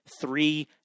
three